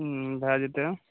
हुँ भए जएतै